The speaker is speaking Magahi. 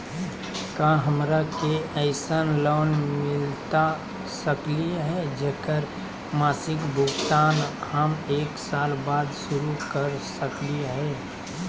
का हमरा के ऐसन लोन मिलता सकली है, जेकर मासिक भुगतान हम एक साल बाद शुरू कर सकली हई?